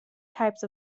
types